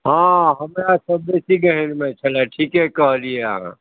हँ हमरासँ बेसी गहीँरमे छलए ठीके कहलियै अहाँ